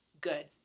good